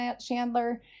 Chandler